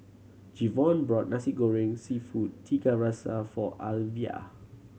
Jevon bought Nasi Goreng Seafood Tiga Rasa for Alivia